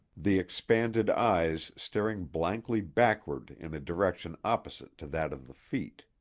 the expanded eyes staring blankly backward in a direction opposite to that of the feet.